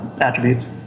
attributes